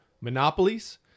monopolies